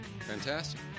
Fantastic